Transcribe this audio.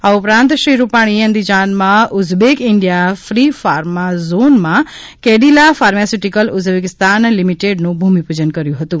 આ ઉપરાંત શ્રી રૂપાણીએ અંદિજાનમાં ઉઝબેક ઇન્ડિયા ફી ફાર્મા ઝોનમાં કેડિલા ફાર્માસ્યુટિક્લ ઉઝબેકીસ્તાન લિમિટેડનું ભૂમિપૂજન કર્યું હતું